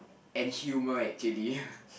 and humor actually